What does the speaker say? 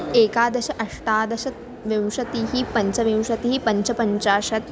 एकादश अष्टादश विंशतिः पञ्चविंशतिः पञ्चपञ्चाशत्